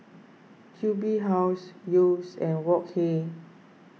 Q B House Yeo's and Wok Hey